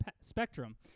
spectrum